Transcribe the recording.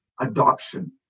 adoption